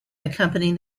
accompanying